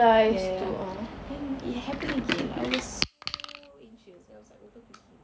ya ya ya then it happened again like I was so anxious then I was like overthinking